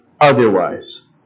otherwise